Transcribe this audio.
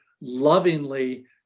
lovingly